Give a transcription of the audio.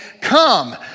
come